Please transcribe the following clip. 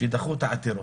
שדחו את העתירה,